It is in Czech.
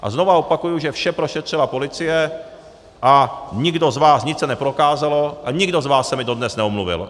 A znovu opakuji, že vše prošetřila policie a nikdo z vás nic se neprokázalo a nikdo z vás se mi dodnes neomluvil.